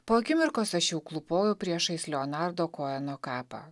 po akimirkos aš jau klūpojau priešais leonardo koeno kapą